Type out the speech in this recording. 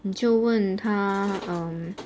你就问他 um